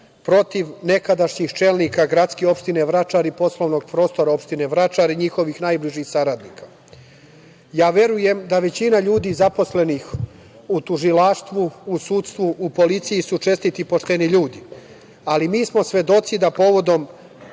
protiv nekadašnjih čelnika GO Vračar i poslovnog prostora Opštine Vračar i njihovih najbližih saradnika. Verujem da većina ljudi zaposlenih u tužilaštvu u sudstvu u policiji su čestiti i pošteni ljudi, ali mi smo svedoci da povodom